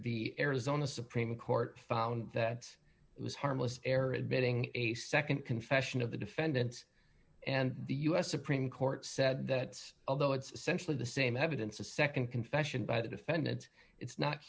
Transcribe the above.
the arizona supreme court found that it was harmless error admitting a nd confession of the defendants and the u s supreme court said that although it's essentially the same evidence a nd confession by the defendant it's not